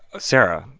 sarah.